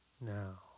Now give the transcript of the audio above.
Now